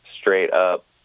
straight-up